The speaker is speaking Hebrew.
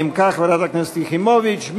נימקה חברת הכנסת יחימוביץ.